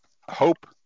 hope